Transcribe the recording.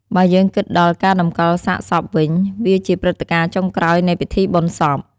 បើយើងគិតដល់ការតម្កលសាកសពវិញវាជាព្រឹត្តិការណ៍ចុងក្រោយនៃពិធីបុណ្យសព។